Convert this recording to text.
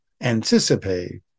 anticipate